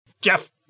Jeff